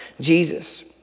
Jesus